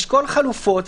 לשקול חלופות,